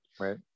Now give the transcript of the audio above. Right